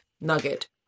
nugget